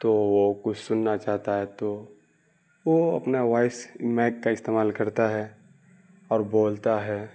تو وہ کچھ سننا چاہتا ہے تو وہ اپنا وائس مائک کا استعمال کرتا ہے اور بولتا ہے